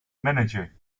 manager